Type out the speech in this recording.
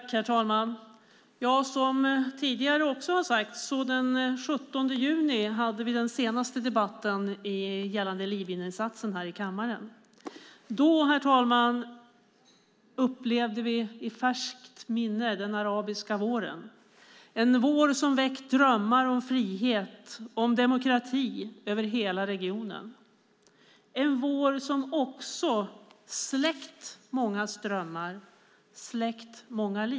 Herr talman! Den 17 juni hade vi här i kammaren den senaste debatten om Libyeninsatsen. Då hade vi den arabiska våren i färskt minne. Det var en vår som väckte drömmar om frihet och demokrati över hela regionen. Det var en vår som också släckte mångas drömmar och mångas liv.